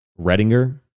Redinger